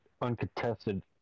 uncontested